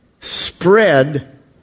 spread